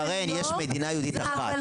שרן, יש מדינה יהודית אחת